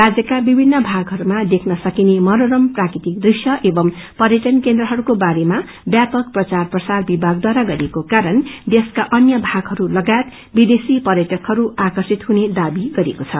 राज्यका विभिन्न भगाहरूमा देख्न सकिने मनोरम प्राकृतिक दृश्य एवं पर्यटन केन्द्रहरूको बारेमा व्यापक प्रचार प्रसार विमागवारा गरिएको कारण देशका अन्य भागहरू लगायत विदेशी पर्यटक आकर्षि हुने दावी गरिएको छ